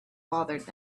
bothered